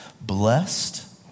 blessed